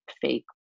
fake